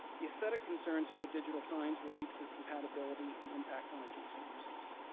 the esthetic concerns about digital signs relate to their compatibility and impact on adjacent uses.